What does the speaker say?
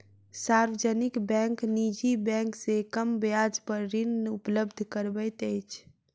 सार्वजनिक बैंक निजी बैंक से कम ब्याज पर ऋण उपलब्ध करबैत अछि